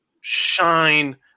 shine –